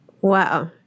Wow